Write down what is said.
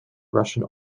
russian